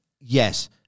yes